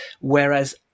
whereas